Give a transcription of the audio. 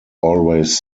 always